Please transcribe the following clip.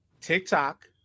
TikTok